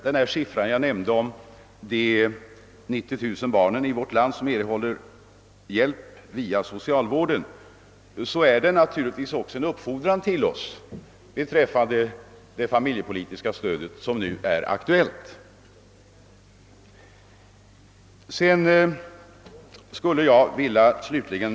De 90 000 barnen i vårt land som erhåller hjälp via socialvården innebär naturligtvis också en uppfordran till insatser då det gäller det nu aktuella familjepolitiska stödet.